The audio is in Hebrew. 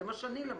זה מה שאני למדתי.